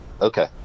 Okay